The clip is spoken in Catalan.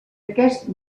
aquest